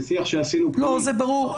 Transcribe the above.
זה ברור.